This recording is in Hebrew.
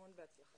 המון בהצלחה.